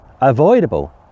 avoidable